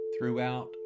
throughout